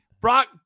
Brock